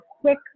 quick